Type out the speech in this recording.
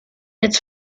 its